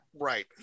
Right